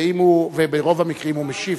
וברוב המקרים הוא משיב.